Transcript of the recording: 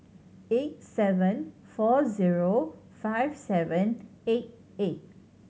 eight seven four zero five seven eight eight